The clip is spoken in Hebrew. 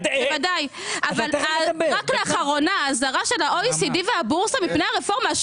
רק לאחרונה האזהרה של ה-OECD והבורסה מפני הרפורמה,